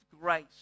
grace